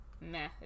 meh